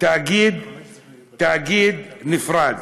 בתאגיד נפרד.